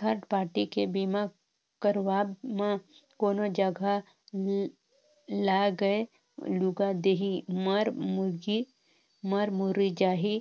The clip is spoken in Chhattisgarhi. थर्ड पारटी के बीमा करवाब म कोनो जघा लागय लूगा देही, मर मुर्री जाही